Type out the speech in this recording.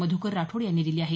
मध्कर राठोड यांनी दिली आहे